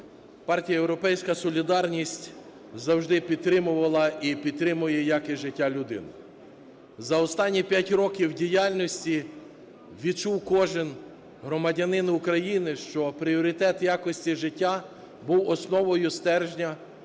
Партія "Європейська солідарність" завжди підтримувала і підтримує якість життя людини. За останні 5 років діяльності відчув кожний громадянин України, що пріоритет якості життя був основою стержня